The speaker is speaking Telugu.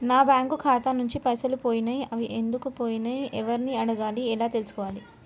నా బ్యాంకు ఖాతా నుంచి పైసలు పోయినయ్ అవి ఎందుకు పోయినయ్ ఎవరిని అడగాలి ఎలా తెలుసుకోవాలి?